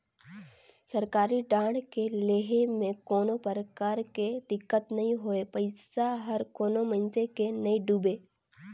सरकारी बांड के लेहे में कोनो परकार के दिक्कत नई होए पइसा हर कोनो मइनसे के नइ डुबे